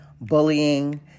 bullying